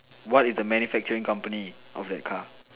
what is the manufacturing company of that car